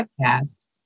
podcast